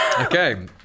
Okay